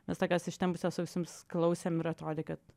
mes tokios ištempusios ausims klausėm ir atrodė kad